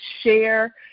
share